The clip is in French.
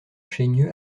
chaigneux